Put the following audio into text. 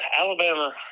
Alabama